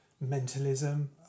mentalism